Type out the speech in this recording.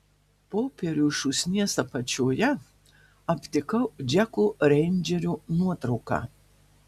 popierių šūsnies apačioje aptikau džeko reindžerio nuotrauką